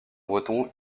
breton